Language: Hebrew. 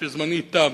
שזמני תם,